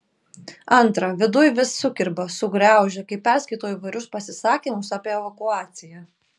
antra viduj vis sukirba sugraužia kai perskaitau įvairius pasisakymus apie evakuaciją